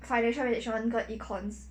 financial management 跟 econs